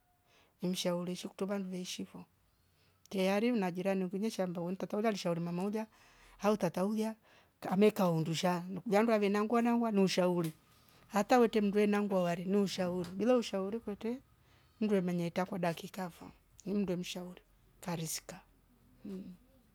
Mshauri shiktova mveshi fo teyari unajira nikunye shando wentata uli ashauri mama uja au tata uja kame kaundusha nukujandua vena nangwana ni ushauri hata wete mndwe nangwa ware ni ushauri bila ushauri kwete mndwe menyeta kwa dakika vo mndwe mshauri karizika mhh